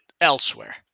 elsewhere